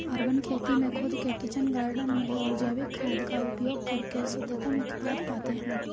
urban खेती में खुद के किचन गार्डन में लोग जैविक खाद का उपयोग करके शुद्धतम उत्पाद पाते हैं